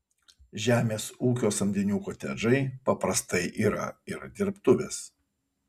žemės ūkio samdinių kotedžai paprastai yra ir dirbtuvės